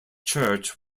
church